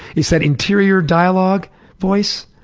it's that interior dialog voice?